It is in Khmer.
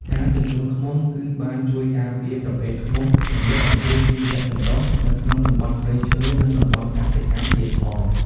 ការចិញ្ចឹមឃ្មុំគឺបានជួយការពារប្រភេទឃ្មុំ និងលើកកម្ពស់ជីវចម្រុះនៅក្នុងតំបន់ព្រៃឈើ និងតំបន់កសិកម្មទៀតផង។